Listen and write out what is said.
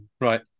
right